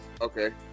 Okay